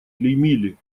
клеймили